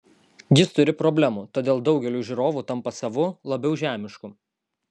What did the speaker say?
jis turi problemų todėl daugeliui žiūrovų tampa savu labiau žemišku